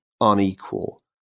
unequal